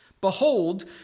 Behold